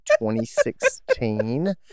2016